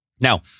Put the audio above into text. Now